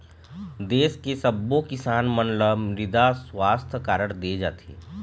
देस के सब्बो किसान मन ल मृदा सुवास्थ कारड दे जाथे